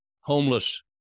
homeless